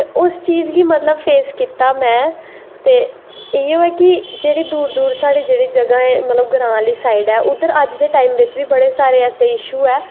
ते उस चीज़ गी फेस कीता में ते इयो ऐ कि जेह्ड़ी दूर दूर साढ़ी जगाह् ऐ मतलव ग्रांऽ आह्ले साईड़ ऐ उध्दर अज्ज बी बड़े सारे ऐसे इशू ऐ